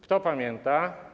Kto pamięta?